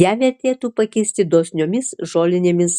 ją vertėtų pakeisti dosniomis žolinėmis